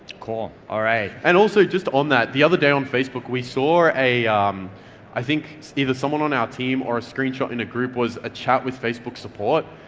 cool, alright. and also just on that the other day on facebook, we saw, um i think either someone on our team or a screenshot in a group, was a chat with facebook support,